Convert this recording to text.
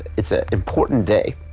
it's an important day.